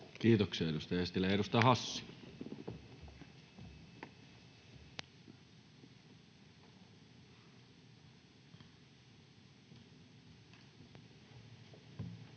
Kiitoksia, edustaja Eestilä. — Edustaja Hassi.